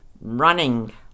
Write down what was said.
Running